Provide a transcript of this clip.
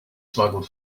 smuggled